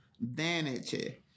vanity